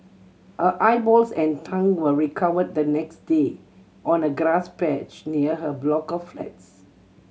her eyeballs and tongue were recovered the next day on a grass patch near her block of flats